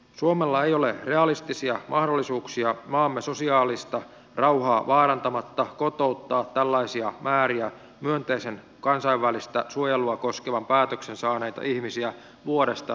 suomella ei ole realistisia mahdollisuuksia maamme sosiaalista rauhaa vaarantamatta kotouttaa tällaisia määriä myönteisen kansainvälistä suojelua koskevan päätöksen saaneita ihmisiä vuodesta toiseen